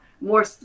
more